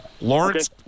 Lawrence